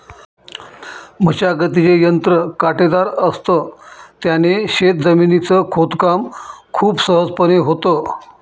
मशागतीचे यंत्र काटेदार असत, त्याने शेत जमिनीच खोदकाम खूप सहजपणे होतं